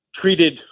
treated